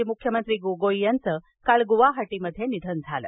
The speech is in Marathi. माजी मुख्यमंत्री गोगोई यांचं काल गुवाहटीमध्ये निधन झालं